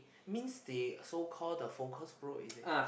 means the so called the focus group is it